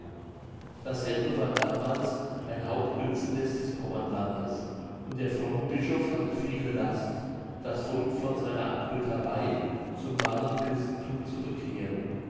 dasselbe war damals ein hauptgötzennest des pommerlandes und der fromme bischof hatte viele last das volk von seiner abgötterei zum wahren christenthum zu bekehren